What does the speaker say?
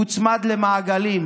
מוצמד למעגלים